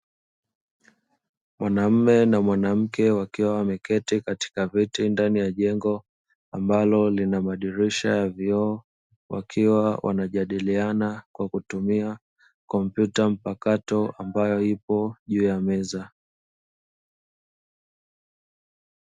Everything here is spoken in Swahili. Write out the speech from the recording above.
Mwanamme na mwanamke wakiwa wameketi katika viti ndani ya jengo ambalo lina madirisha ya vioo, wakiwa wanajadiliana kwa kutumia kompyuta mpakato ambayo ipo juu ya meza.